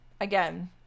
Again